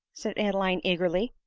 said adeline eagerly.